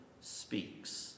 speaks